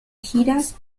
giras